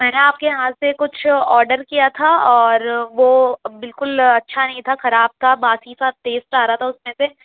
میں نے آپ کے یہاں سے کچھ آڈر کیا تھا اور وہ بالکل اچھا نہیں تھا خراب تھا باسی سا ٹیسٹ آ رہا تھا اُس میں سے